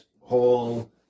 whole